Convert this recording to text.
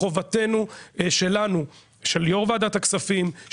זו חובתנו שלנו של יו"ר ועדת הכספים,